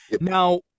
Now